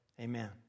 amen